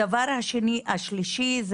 הדבר השלישי,